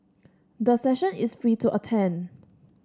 the session is free to attend